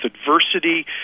adversity